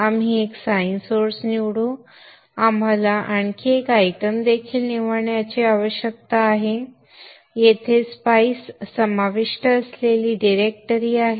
आपण एक sine source निवडू आम्हाला आणखी एक आयटम देखील निवडण्याची आवश्यकता आहे येथे स्पाइस समाविष्ट असलेली डिरेक्टरी आहे